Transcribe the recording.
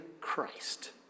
Christ